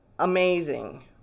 amazing